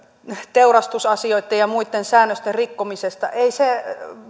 teurastusasioitten ja muitten säännösten rikkomisesta ei se